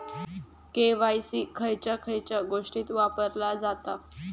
KYC खयच्या खयच्या गोष्टीत वापरला जाता?